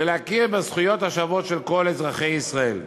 ולהכיר בזכויות השוות של כל אזרחי ישראל.